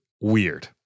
weird